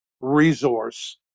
resource